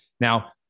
Now